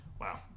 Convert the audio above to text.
Wow